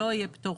לא יהיה פטור,